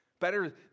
Better